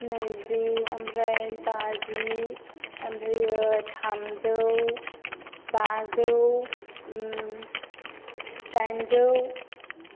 नैजि ओमफ्राय बाजि ओमफ्राय थामजौ बाजौ दाइनजौ